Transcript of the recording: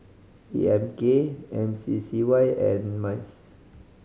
E M K M C C Y and MICE